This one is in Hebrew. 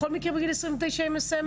האם בכל מקרה בגיל 29 היא מסיימת?